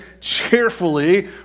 cheerfully